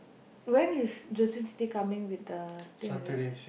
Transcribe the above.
when is Josephine chithi coming with the thing again